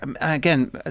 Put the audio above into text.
Again